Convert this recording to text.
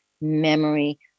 memory